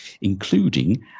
including